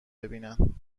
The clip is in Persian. نمیبینن